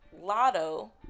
Lotto